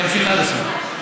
אני אמשיך עד הסוף.